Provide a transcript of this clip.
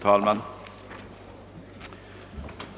Herr talman!